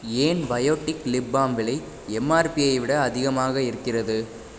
ஏன் Biotique lip balm விலை எம்ஆர்பியை விட அதிகமாக இருக்கிறது